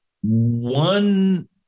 one